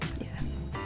yes